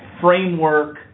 framework